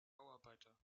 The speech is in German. bauarbeiter